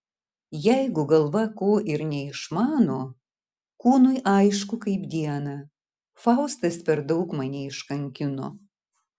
jeigu galva ko ir neišmano kūnui aišku kaip dieną faustas per daug mane iškankino